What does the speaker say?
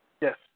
Yes